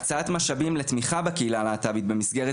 הקצאת משאבים לתמיכה בקהילה הלהט"בית במסגרת